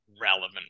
relevant